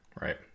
right